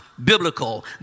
Biblical